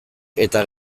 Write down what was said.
eta